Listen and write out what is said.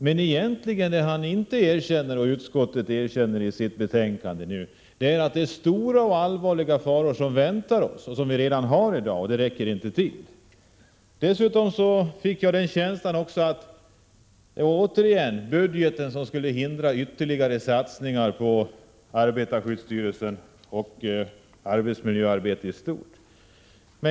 Men egentligen erkänner inte Kjell Nilsson och utskottsmajoriteten i sitt betänkande att det är stora och allvarliga faror som väntar oss, ja, som finns redan i dag, och att pengarna inte räcker till. Dessutom fick jag en känsla av att Kjell Nilsson och utskottet anser att hänsynen till statsbudgeten hindrar ytterligare satsningar på arbetarskydds styrelsen och arbetsmiljöarbetet i stort.